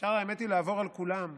אפשר באמת לעבור על כולם.